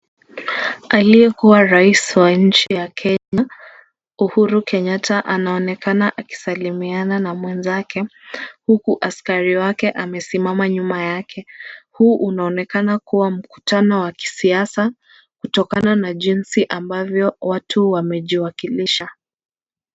Aliyekuwa rais wa nchi ya Kenya Uhuru Kenyatta anaonekana akisalimiana na mwenzake, huku askari wake amesimama nyuma yake. Huu unaonekana kuwa mkutano wa kisiasa, kutokana na jinsi ambavyo watu wamejiwakilisha.